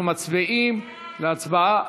אנחנו מצביעים.